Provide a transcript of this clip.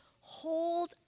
hold